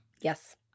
Yes